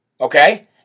Okay